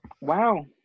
Wow